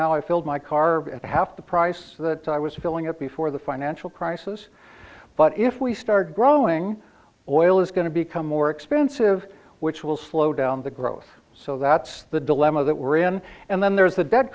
now i filled my car at half the price that i was filling up before the financial crisis but if we start growing oil is going to become more expensive which will slow down the growth so that's the dilemma that we're in and then there's a de